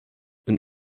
and